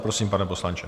Prosím, pane poslanče.